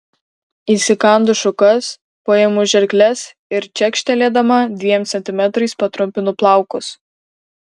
įsikandu šukas paimu žirkles ir čekštelėdama dviem centimetrais patrumpinu plaukus